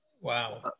Wow